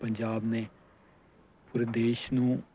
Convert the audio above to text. ਪੰਜਾਬ ਨੇ ਪੂਰੇ ਦੇਸ਼ ਨੂੰ